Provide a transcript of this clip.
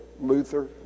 Luther